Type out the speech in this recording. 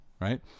right